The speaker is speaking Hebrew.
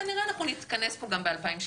כנראה נתכנס פה גם ב-2030.